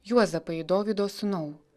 juozapai dovydo sūnau